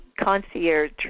concierge